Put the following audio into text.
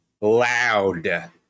loud